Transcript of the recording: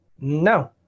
No